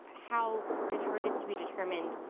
how detroit is to be determined